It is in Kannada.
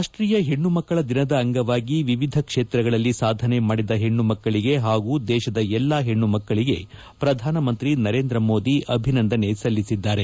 ರಾಷ್ಷೀಯ ಪೆಣ್ಣಮಕ್ಕಳ ದಿನದ ಅಂಗವಾಗಿ ವಿವಿಧ ಕ್ಷೇತ್ರಗಳಲ್ಲಿ ಸಾಧನೆ ಮಾಡಿದ ಹೆಣ್ಣು ಮಕ್ಕಳಿಗೆ ಪಾಗೂ ದೇಶದ ಎಲ್ಲಾ ಹೆಣ್ಣುಮಕ್ಕಳಿಗೆ ಪ್ರಧಾನ ಮಂತ್ರಿ ನರೇಂದ್ರ ಮೋದಿ ಅಭಿನಂದನೆ ಸಲ್ಲಿಸಿದ್ದಾರೆ